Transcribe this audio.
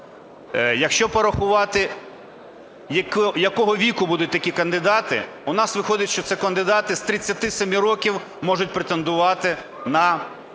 Якщо порахувати, якого віку будуть такі кандидати, у нас виходить, що це кандидати з 37 років можуть претендувати на таку